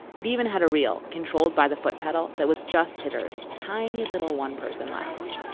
it even had a reel controlled by the foot pedal that was just titters. tiny little one person laughs.